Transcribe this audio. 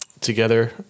together